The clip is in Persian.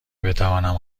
بتوانم